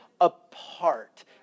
apart